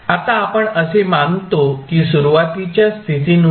आता आपण असे मानतो की सुरुवातीच्या स्थितीनुसार